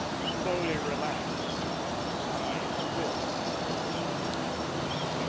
slowly relax and his eyes fill with a wistful tenderness.